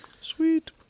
Sweet